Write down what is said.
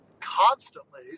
constantly